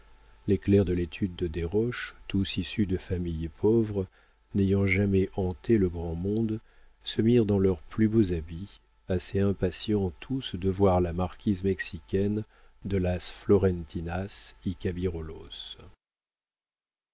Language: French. les clercs de l'étude de desroches tous issus de familles pauvres n'ayant jamais hanté le grand monde se mirent dans leurs plus beaux habits assez impatients tous de voir la marquise mexicaine de las florentinas